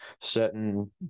Certain